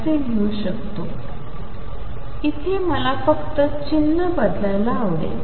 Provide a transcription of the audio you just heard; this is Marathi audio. असे लिहू शकतो इथे मला फक्त चिन्ह बदलायला आवडेल